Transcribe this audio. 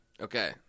Okay